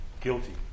guilty